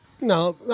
no